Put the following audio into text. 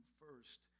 first